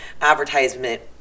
advertisement